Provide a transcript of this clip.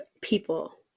people